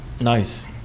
Nice